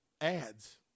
Ads